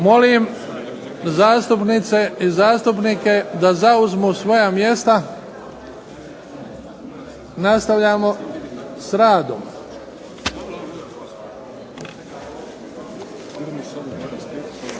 Molim zastupnice i zastupnike da zauzmu svoja mjesta. Nastavljamo s radom.